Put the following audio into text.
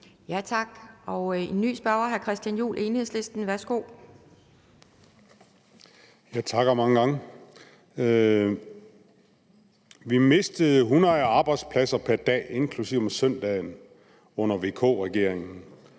Tak. Der er en ny spørger, hr. Christian Juhl, Enhedslisten. Værsgo. Kl. 11:34 Christian Juhl (EL): Jeg takker mange gange. Vi mistede 100 arbejdspladser pr. dag, inklusive om søndagen, under VK-regeringen,